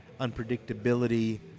unpredictability